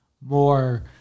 more